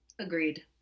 Agreed